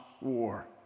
war